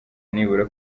nibura